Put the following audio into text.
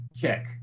kick